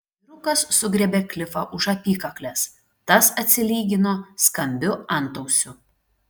vyrukas sugriebė klifą už apykaklės tas atsilygino skambiu antausiu